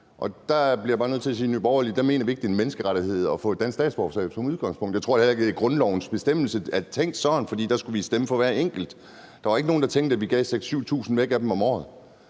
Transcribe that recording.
og der er jeg bare nødt til at sige, at i Nye Borgerlige mener vi ikke, det er en menneskeret at få et dansk statsborgerskab, som udgangspunkt. Jeg tror heller ikke, at grundlovens bestemmelse er tænkt sådan, for der skulle vi stemme for hver enkelt. Der var ikke nogen, der tænkte, at vi ville give 6.000-7.000 af dem væk om året.